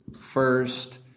first